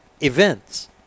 events